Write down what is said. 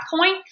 point